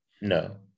no